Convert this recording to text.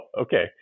okay